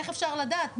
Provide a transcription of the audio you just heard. איך אפשר לדעת?